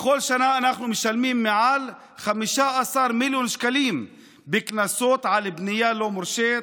בכל שנה אנחנו משלמים מעל 15 מיליון שקלים בקנסות על בנייה לא מורשית,